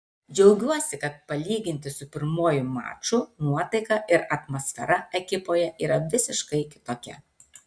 džiaugiuosi kad palyginti su pirmuoju maču nuotaika ir atmosfera ekipoje yra visiškai kitokia